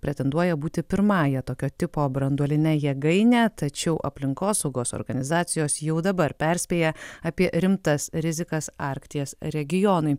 pretenduoja būti pirmąja tokio tipo branduoline jėgaine tačiau aplinkosaugos organizacijos jau dabar perspėja apie rimtas rizikas arkties regionui